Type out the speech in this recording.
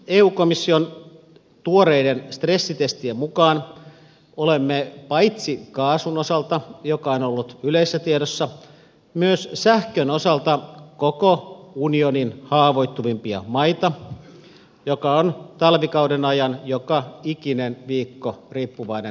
eu komission tuoreiden stressitestien mukaan olemme paitsi kaasun osalta mikä on ollut yleisessä tiedossa myös sähkön osalta koko unionin haavoittuvimpia maita joka on talvikauden ajan joka ikinen viikko riippuvainen tuontisähköstä